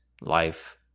life